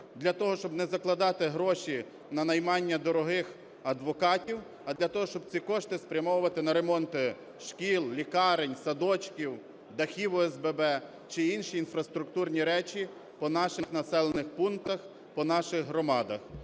для того, щоб не закладати гроші на наймання дорогих адвокатів, а для того, щоб ці гроші спрямовувати на ремонти шкіл, лікарень, садочків, дахів ОСББ чи інші інфраструктурні речі по наших населених пунктах, по наших громадах.